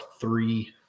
three